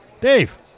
Dave